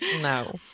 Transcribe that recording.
no